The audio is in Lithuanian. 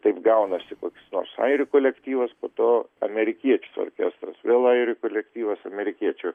taip gaunasi koks nors airių kolektyvas po to amerikiečių orkestras vėl airių kolektyvas amerikiečių